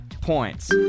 points